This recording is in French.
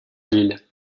lille